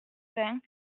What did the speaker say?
vingts